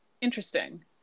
Interesting